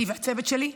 אני והצוות שלי,